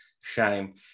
shame